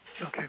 Okay